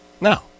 Now